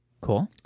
Cool